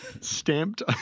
Stamped